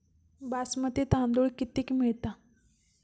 बासमती तांदूळ कितीक मिळता?